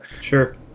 Sure